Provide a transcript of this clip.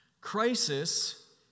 Crisis